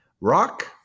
Rock